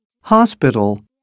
Hospital